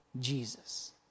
Jesus